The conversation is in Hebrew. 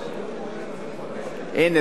הנה,